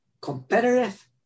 competitive